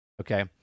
okay